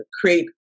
create